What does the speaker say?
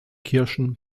kirschen